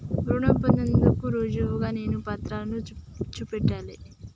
రుణం పొందేందుకు రుజువుగా నేను ఏ పత్రాలను చూపెట్టాలె?